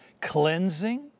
cleansing